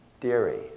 dairy